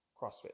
CrossFit